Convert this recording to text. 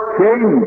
king